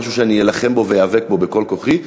וזה משהו שאני אלחם בו בכל כוחי,